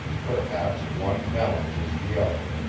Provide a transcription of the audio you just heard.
perhaps one balances the other.